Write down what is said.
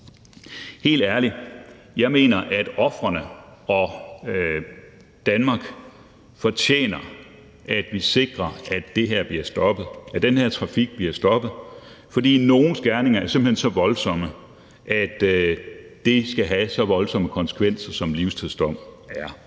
Helt ærligt: Jeg mener, at ofrene og Danmark fortjener, at vi sikrer, at den her trafik bliver stoppet. For nogle gerninger er simpelt hen så voldsomme, at det skal have så voldsomme konsekvenser, som en livstidsdom er.